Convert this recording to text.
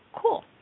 Cool